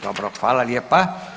Dobro, hvala lijepa.